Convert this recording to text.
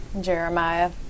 Jeremiah